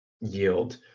yield